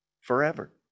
forever